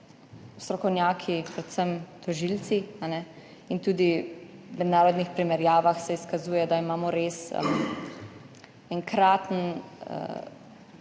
strokovnjaki, predvsem tožilci, in tudi v mednarodnih primerjavah se izkazuje, da imamo res enkraten